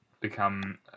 become